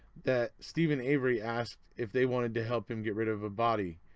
that stephen avery asked if they wanted to help him get rid of a body,